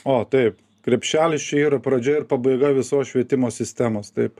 o taip krepšelis čia ir pradžia ir pabaiga visos švietimo sistemos taip